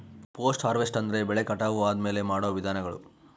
post harvest ಅಂದ್ರೆ ಬೆಳೆ ಕಟಾವು ಆದ್ಮೇಲೆ ಮಾಡೋ ವಿಧಾನಗಳು